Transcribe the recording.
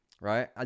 right